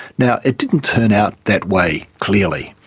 now, it didn't turn out that way, clearly.